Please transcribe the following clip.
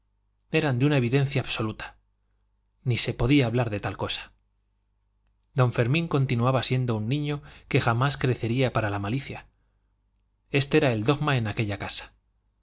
eran de una evidencia absoluta ni se podía hablar de tal cosa don fermín continuaba siendo un niño que jamás crecería para la malicia este era un dogma en aquella casa